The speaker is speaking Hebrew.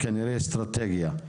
כנראה אסטרטגיה,